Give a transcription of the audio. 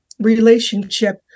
relationship